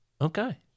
Okay